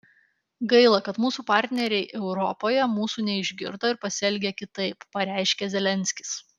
gaila kad mūsų partneriai europoje mūsų neišgirdo ir pasielgė kitaip pareiškė zelenskis